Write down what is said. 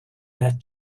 that